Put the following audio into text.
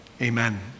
Amen